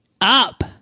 up